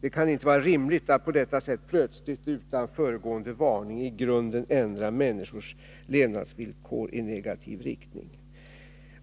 Det kan inte vara rimligt att på detta sätt plötsligt utan föregående varning i grunden ändra människors levnadsvillkor i negativ riktning.